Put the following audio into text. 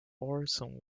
orson